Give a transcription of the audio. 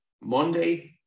Monday